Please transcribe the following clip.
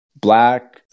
black